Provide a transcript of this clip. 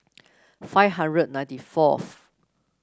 five hundred ninety fourth